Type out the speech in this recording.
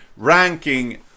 ranking